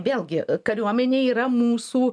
vėlgi kariuomenė yra mūsų